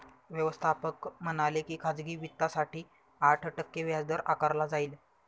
व्यवस्थापक म्हणाले की खाजगी वित्तासाठी आठ टक्के व्याजदर आकारला जाईल